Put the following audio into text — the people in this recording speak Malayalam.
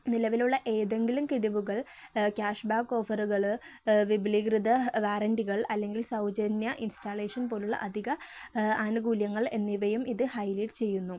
നിലവിലുള്ള ഏതെങ്കിലും കിഴിവുകൾ ക്യാഷ്ബാക്ക് ഓഫറുകള് വിപുലീകൃത വാറന്റികൾ അല്ലെങ്കിൽ സൗജന്യ ഇൻസ്റ്റാലേഷൻ പോലുള്ള അധിക ആനുകൂല്യങ്ങൾ എന്നിവയും ഇത് ഹൈലൈറ്റ് ചെയ്യുന്നു